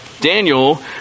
Daniel